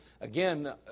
again